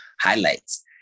highlights